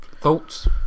Thoughts